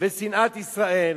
ושנאת ישראל,